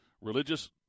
religious